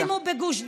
ישימו בגוש דן.